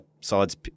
sides